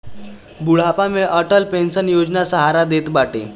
बुढ़ापा में अटल पेंशन योजना सहारा देत बाटे